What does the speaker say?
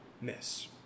miss